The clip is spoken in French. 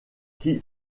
qui